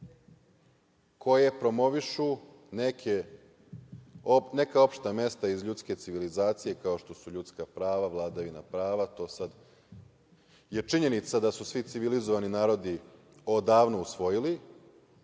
koje promovišu neka opšta mesta iz ljudske civilizacije kao što su ljudska prava, vladavina prava. Činjenica je da su to svi civilizovani narodi odavno usvojili.